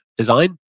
Design